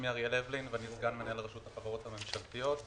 אני סגן מנהל רשות החברות הממשלתיות,